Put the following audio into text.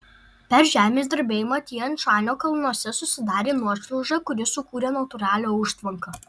per žemės drebėjimą tian šanio kalnuose susidarė nuošliauža kuri sukūrė natūralią užtvanką